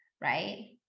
Right